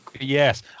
Yes